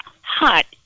hot